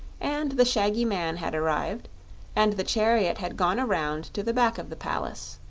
and the shaggy man had arrived and the chariot had gone around to the back of the palace,